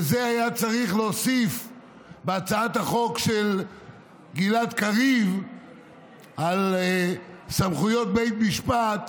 ואת זה היה צריך להוסיף להצעת החוק של גלעד קריב על סמכויות בית משפט.